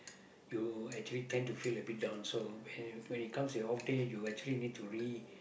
you actually tend to feel a bit down so when you when you come to your off day you actually need to re